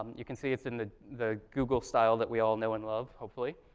um you can see it's in the the google style that we all know and love, hopefully.